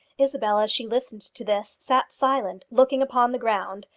isabel, as she listened to this, sat silent, looking upon the ground,